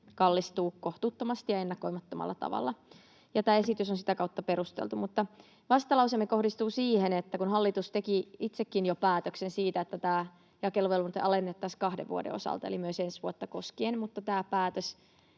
kallistuu kohtuuttomasti ja ennakoimattomalla tavalla, ja tämä esitys on sitä kautta perusteltu. Mutta vastalauseemme kohdistuu siihen, että kun hallitus teki itsekin jo päätöksen siitä, että tämä jakeluvelvoite alennettaisiin kahden vuoden osalta, eli myös ensi vuotta koskien, mutta tämä päätös